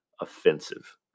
offensive